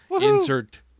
insert